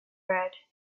red